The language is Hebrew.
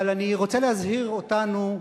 אבל אני רוצה להזהיר אותנו,